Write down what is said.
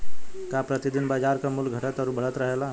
का प्रति दिन बाजार क मूल्य घटत और बढ़त रहेला?